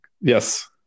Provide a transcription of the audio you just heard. Yes